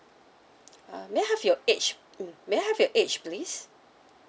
uh may I have your age mm may I have your age please